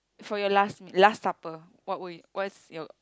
for your last last supper what would what's your